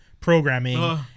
programming